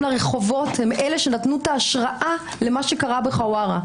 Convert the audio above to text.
לרחובות הם אלה שנתנו את ההשראה למה שקרה בחווארה.